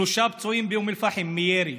שלושה פצועים באום אל-פחם מירי,